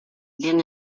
been